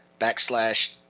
backslash